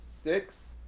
six